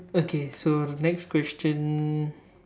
okay so the next question